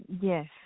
Yes